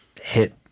hit